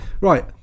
right